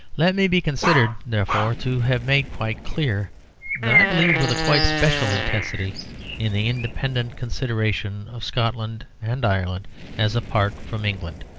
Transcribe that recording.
let me be considered therefore to have made quite clear that i believe with a quite special intensity in the independent consideration of scotland and ireland as apart from england.